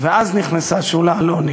ואז נכנסה שולה אלוני,